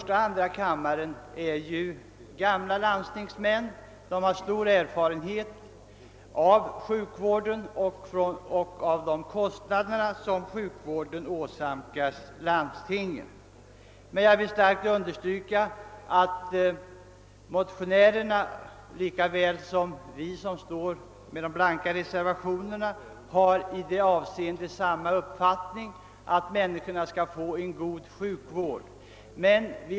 Ta kammaren är gamla landstingsmän :som har stor erfarenhet av sjukvård och av de kostnader som sjukvården åsamkar landstingen. Jag vill starkt understryka att motionärerna och vi som står för den blanka reservationen har .samma uppfattning, att människorna måste få en god sjukvård.